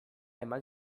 eman